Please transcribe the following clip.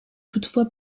toutefois